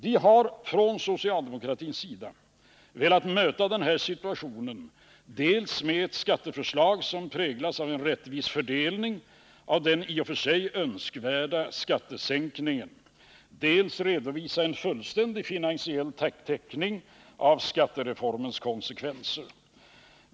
Vi har från socialdemokratins sida velat möta denna situation dels med ett skatteförslag som präglas av en rättvis fördelning av den i och för sig önskvärda skattesänkningen, dels genom att redovisa en fullständig finansiell täckning av skattereformens konsekvenser.